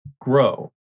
grow